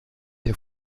der